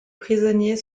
prisonniers